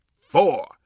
four